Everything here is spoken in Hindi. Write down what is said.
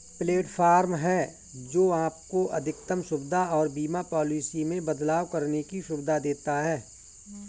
प्लेटफॉर्म है, जो आपको अधिकतम सुविधा और बीमा पॉलिसी में बदलाव करने की सुविधा देता है